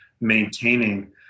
maintaining